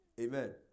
Amen